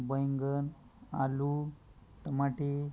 बैंगन आलू टमाटे